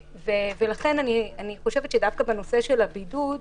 לכן אני חושבת שדווקא בנושא של הבידוד,